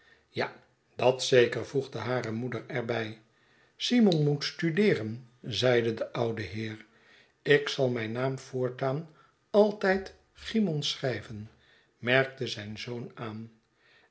ja datzeker voegde hare moeder er bij simon moet studeeren zeide de oude heer ik zal mijn naam voortaan altijd cymon schryven merkte zijn zoon aan